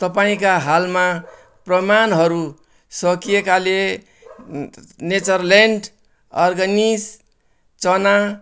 तपाईँका हालमा प्रमाणहरू सकिएकाले नेचर ल्यान्ड अर्गानिक चना